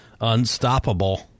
unstoppable